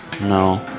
No